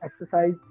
exercise